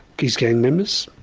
his gang members,